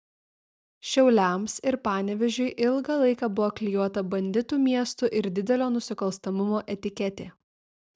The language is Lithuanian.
šiauliams ir panevėžiui ilgą laiką buvo klijuota banditų miestų ir didelio nusikalstamumo etiketė